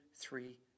three